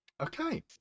okay